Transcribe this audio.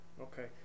Okay